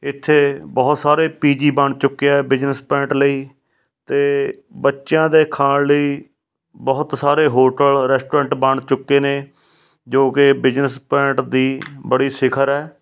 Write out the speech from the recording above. ਇੱਥੇ ਬਹੁਤ ਸਾਰੇ ਪੀ ਜੀ ਬਣ ਚੁੱਕੇ ਆ ਬਿਜ਼ਨਸ ਪੁਆਇੰਟ ਲਈ ਅਤੇ ਬੱਚਿਆਂ ਦੇ ਖਾਣ ਲਈ ਬਹੁਤ ਸਾਰੇ ਹੋਟਲ ਰੈਸਟੋਰੈਂਟ ਬਣ ਚੁੱਕੇ ਨੇ ਜੋ ਕਿ ਬਿਜਨਸ ਪੁਆਇੰਟ ਦੀ ਬੜੀ ਸਿਖਰ ਹੈ